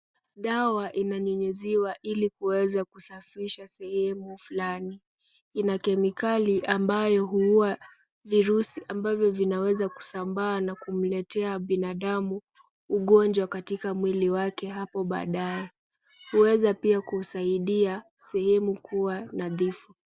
Dawa inanyunyuziwa ili kuweza kusafisha sehemu fulani. Ina kemikali ambayo huua virusi ambavyo vinaweza kusambaa na kumletea binadamu ugonjwa katika mwili wake hapo baadae. Huweza pia kusaidia sehemu kuwa nadhifu.